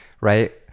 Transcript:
right